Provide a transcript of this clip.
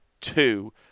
two